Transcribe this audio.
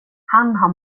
har